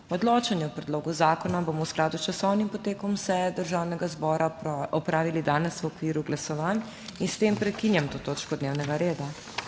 Odločanje o predlogu zakona bomo v skladu s časovnim potekom seje Državnega zbora opravili danes v okviru glasovanj in s tem prekinjam to točko dnevnega reda.